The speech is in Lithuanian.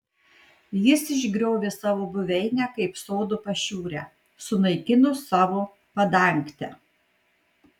jis išgriovė savo buveinę kaip sodo pašiūrę sunaikino savo padangtę